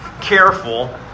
careful